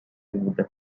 بوده